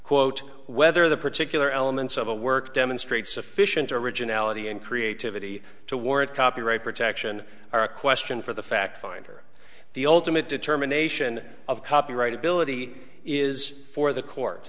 quote whether the particular elements of a work demonstrate sufficient originality and creativity to warrant copyright protection are a question for the fact finder the ultimate determination of copyright ability is for the court